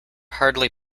hardly